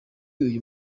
uyu